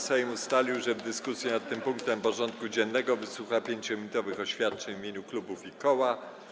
Sejm ustalił, że w dyskusji nad tym punktem porządku dziennego wysłucha 5-minutowych oświadczeń w imieniu klubów i koła.